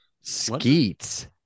Skeets